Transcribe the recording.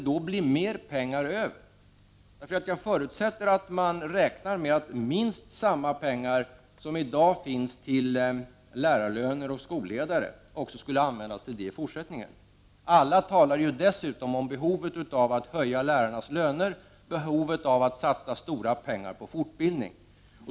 Jag förutsätter nämligen att man räknar med att minst lika mycket som i dag finns för lärarlöner och skolledarlöner också skulle användas till det i fortsättningen. Alla talar ju dessutom om behovet av att höja lärarnas löner och av att satsa stora pengar på fortbildning.